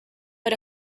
but